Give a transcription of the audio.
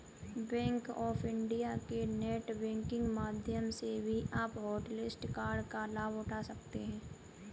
bank of India के net banking माध्यम से भी आप हॉटलिस्ट कार्ड का लाभ उठा सकते हैं